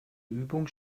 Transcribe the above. übung